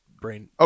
brain